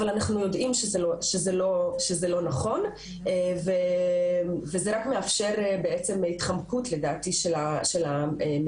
אבל אנחנו יודעים שזה לא נכון וזה רק מאפשר התחמקות לדעתי של המדינה.